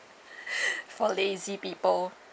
for lazy people